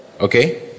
okay